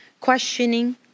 questioning